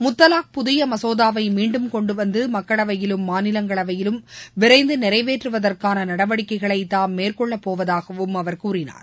முத்தலாக் புதிய மசோதாவை மீண்டும் கொண்டுவந்து மக்களவையிலும் மாநிலங்களவையிலும் விரைந்து நிறைவேற்றுவதாற்கான நடவடிக்கைகளை தாம் மேற்கொள்ளப்போவதாகவும் அவர் கூறினார்